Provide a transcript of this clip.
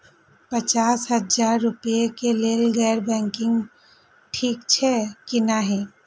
पचास हजार रुपए के लेल गैर बैंकिंग ठिक छै कि नहिं?